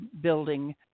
building